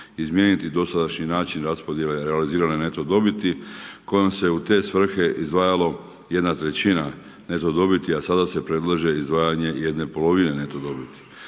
izmijeniti dosadašnji način raspodjele realizirane neto dobiti kojom se u te svrhe izdvajalo jedna trećina neto dobiti a sada se predlaže izdvajanje jedne polovine neto dobiti.